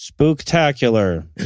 spooktacular